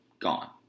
gone